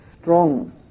strong